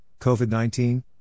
COVID-19